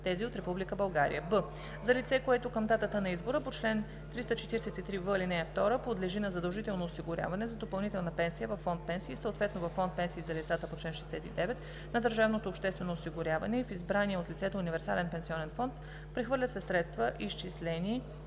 България; б) за лице, което към датата на избора по чл. 343в, ал. 2 подлежи на задължително осигуряване за допълнителна пенсия – във фонд „Пенсии“, съответно във фонд „Пенсии за лицата по чл. 69“, на държавното обществено осигуряване и в избрания от лицето универсален пенсионен фонд; прехвърлят се средства, изчислени